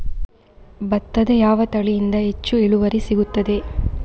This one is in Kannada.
ಭತ್ತದ ಯಾವ ತಳಿಯಿಂದ ಹೆಚ್ಚು ಇಳುವರಿ ಸಿಗುತ್ತದೆ?